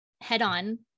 head-on